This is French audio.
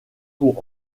pour